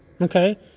okay